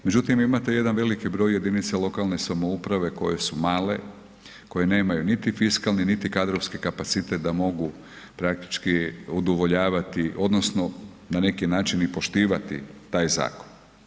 Međutim, imate jedan veliki broj jedinica lokalne samouprave koje su male, koje nemaju niti fiskalni niti kadrovski kapacitet da mogu praktički udovoljavati, odnosno na neki način i poštivati taj zakon.